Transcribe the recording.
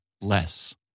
less